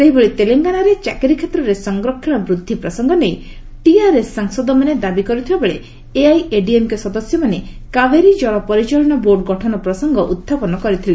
ସେହିଭଳି ତେଲଙ୍ଗାନାରେ ଚାକିରି କ୍ଷେତ୍ରରେ ସଂରକ୍ଷଣ ବୁଦ୍ଧି ପ୍ରସଙ୍ଗ ନେଇ ଟିଆର୍ଏସ୍ ସାଂସଦମାନେ ଦାବି କରିଥିବାବେଳେ ଏଆଇଏଡିଏମ୍କେ ସଦସ୍ୟମାନେ କାବେରୀ ଜଳ ପରିଚାଳନା ବୋର୍ଡ଼ ଗଠନ ପ୍ରସଙ୍ଗ ଉତ୍ଥାପନ କରିଥିଲେ